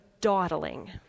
dawdling